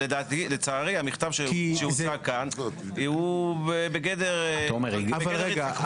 לצערי, המכתב שהוצע כאן, הוא בגדר --- רגע.